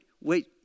Wait